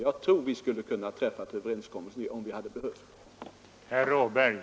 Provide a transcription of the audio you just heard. Jag tror att vi skulle ha kunnat träffa en överenskommelse om vi hade behövt.